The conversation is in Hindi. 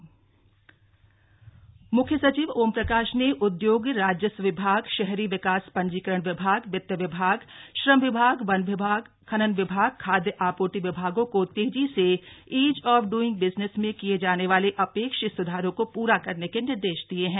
मख्य सचिव बैठक म्ख्य सचिव ओमप्रकाश ने उद्योग राजस्व विभाग शहरी विकास पंजीकरण विभाग वित्त विभाग श्रम विभाग वन विभाग खनन विभाग खादय आपूर्ति विभागों को तेजी से ईज ऑफ ड्ईंग बिजनेस में किये जाने वाले अपेक्षित स्धारों को पूरा करने के निर्देश दिये है